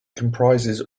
comprises